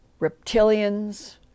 reptilians